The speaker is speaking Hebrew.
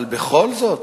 אבל בכל זאת,